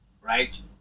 right